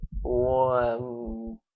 one